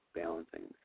balancing